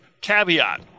Caveat